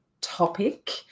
topic